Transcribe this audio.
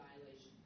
violations